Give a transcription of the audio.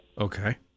Okay